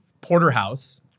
porterhouse